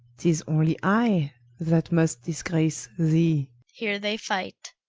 tis onely i that must disgrace thee. here they fight.